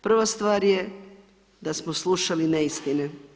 Prva stvar je da smo slušali neistine.